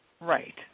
right